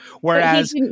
Whereas